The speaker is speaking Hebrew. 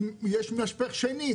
יש משפך שני,